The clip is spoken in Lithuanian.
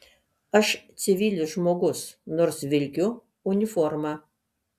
aš civilis žmogus nors vilkiu uniformą